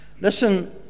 Listen